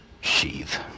sheath